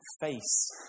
face